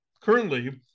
currently